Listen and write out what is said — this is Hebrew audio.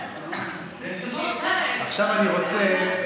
עכשיו אני רוצה,